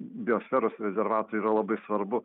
biosferos rezervatui yra labai svarbu